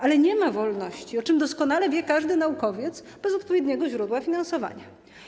Ale nie ma wolności, o czym doskonale wie każdy naukowiec, bez odpowiedniego źródła finansowania.